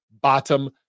Bottom